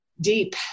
deep